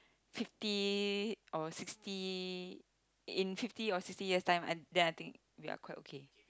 fifty or sixty in fifty or sixty years time I then I think we are quite okay